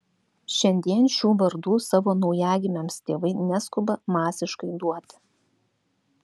šiandien šių vardų savo naujagimiams tėvai neskuba masiškai duoti